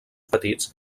petits